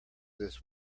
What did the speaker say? this